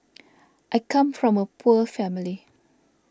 I come from a poor family